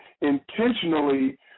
intentionally